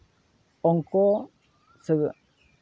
ᱚᱝᱠᱚ ᱥᱮ